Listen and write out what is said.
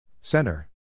Center